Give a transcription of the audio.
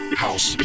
house